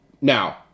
Now